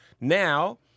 Now